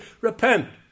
repent